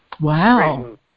Wow